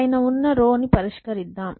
పైన ఉన్న రో ని పరిష్కరిద్దాం